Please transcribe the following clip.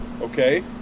Okay